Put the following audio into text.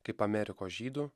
kaip amerikos žydų